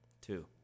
Two